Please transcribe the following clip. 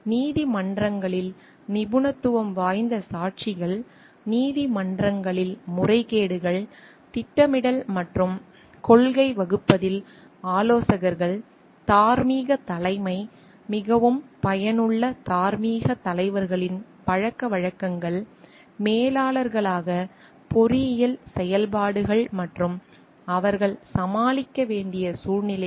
நீதிமன்றங்களில் நிபுணத்துவம் வாய்ந்த சாட்சிகள் நீதிமன்றங்களில் முறைகேடுகள் திட்டமிடல் மற்றும் கொள்கை வகுப்பதில் ஆலோசகர்கள் தார்மீக தலைமை மிகவும் பயனுள்ள தார்மீக தலைவர்களின் பழக்கவழக்கங்கள் மேலாளர்களாக பொறியியல் செயல்பாடுகள் மற்றும் அவர்கள் சமாளிக்க வேண்டிய சூழ்நிலைகள்